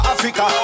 Africa